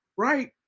Right